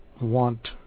want